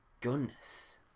goodness